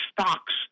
stocks